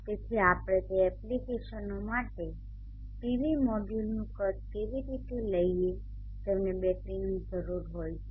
તેથી આપણે તે એપ્લિકેશનો માટે PV મોડ્યુલોનું કદ કેવી રીતે લઈએ જેમને બેટરીની જરૂર હોય છે